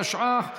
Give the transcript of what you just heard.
התשע"ח 2017,